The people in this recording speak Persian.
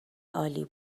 عالی